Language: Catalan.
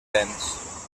béns